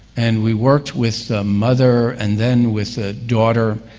and we worked with the mother and then with the daughter,